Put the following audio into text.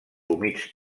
humits